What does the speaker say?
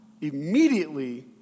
Immediately